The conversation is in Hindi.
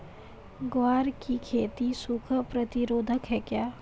ग्वार की खेती सूखा प्रतीरोधक है क्या?